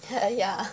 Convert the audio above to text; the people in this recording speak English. yeah